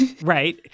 right